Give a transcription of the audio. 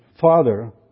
father